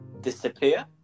disappear